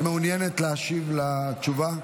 את מעוניינת להשיב על התשובה?